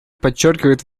подчеркивает